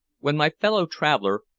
when my fellow-traveler,